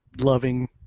loving